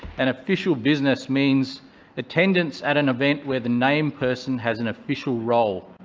and official business means attendance at an event where the named person has an official role.